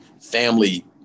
family